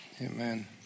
Amen